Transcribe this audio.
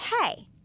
hey